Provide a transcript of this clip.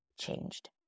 changed